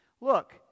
Look